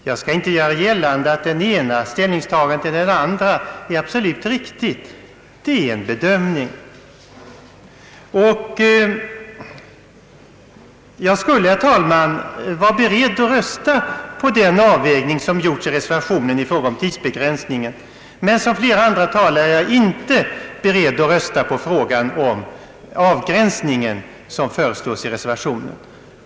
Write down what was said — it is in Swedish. Jag skall inte göra gällande att det ena eller andra ställningstagandet är absolut riktigt; det är fråga om en bedömning. Jag skulle, herr talman, vara beredd att rösta för den avvägning som gjorts i reservationen i fråga om tidsbegränsningen. Men som flera andra talare är jag inte beredd att rösta för den avgränsning i övrigt som föreslås i reservationen.